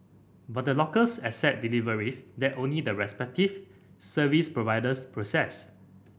but the lockers accept deliveries that only the respective service providers process